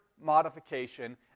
modification